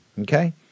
Okay